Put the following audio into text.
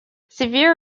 severe